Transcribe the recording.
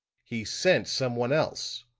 he sent someone else.